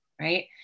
right